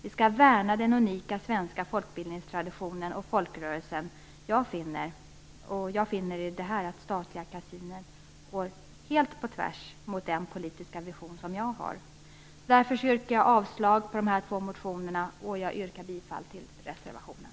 Vi skall värna den unika svenska folkbildningstraditionen och folkrörelserna. Statliga kasinon går helt på tvärs mot den politiska vision som jag har. Därför yrkar jag avslag på de här två motionerna, och jag yrkar bifall till reservationen.